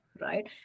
Right